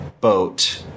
boat